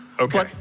Okay